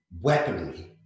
weaponry